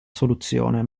soluzione